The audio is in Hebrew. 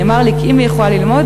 נאמר לי כי אם היא יכולה ללמוד,